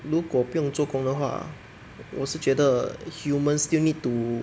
如果不用做工的话我是觉得 humans still need to